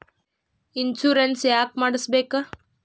Insurance ಯಾಕ್ ಮಾಡಿಸಬೇಕು?